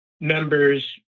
members